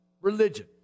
Religion